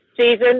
season